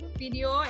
video